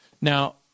Now